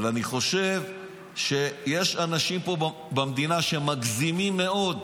אבל אני חושב שיש אנשים פה במדינה שמגזימים מאוד.